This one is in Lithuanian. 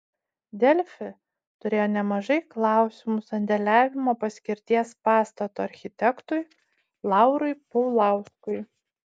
delfi turėjo nemažai klausimų sandėliavimo paskirties pastato architektui laurui paulauskui